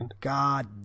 God